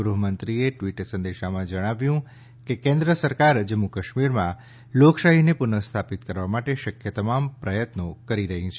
ગૃહમંત્રીએ ટ્વીટ સંદેશામાં જણાવ્યું કે કેન્દ્ર સરકાર જમ્મુ કાશ્મીરમાં લોકશાહીને પુનઃસ્થાપિત કરવા માટે શક્ય તમામ પ્રયાસો કરી રહી છે